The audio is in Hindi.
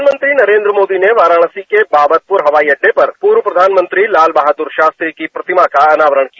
प्रधानमंत्री नरेंद्र मोदी ने वाराणसी के बाबरपुर हवाई अड्डे पर पूर्व प्रधानमंत्री लाल बहादुर शास्त्री की प्रतिमा का अनावरण किया